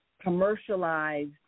commercialized